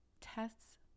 tests